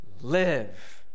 live